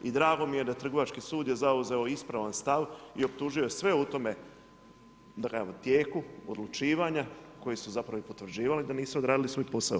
I drago mi je da Trgovački sud je zauzeo ispravan stav i optužio je sve u tome, da kažemo, tijeku odlučivanja koji su zapravo i potvrđivali da nisu odradili svoj posao.